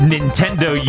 Nintendo